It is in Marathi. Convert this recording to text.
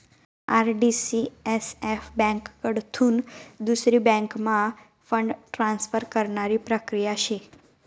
आर.टी.सी.एस.एफ ब्यांककडथून दुसरी बँकम्हा फंड ट्रान्सफर करानी प्रक्रिया शे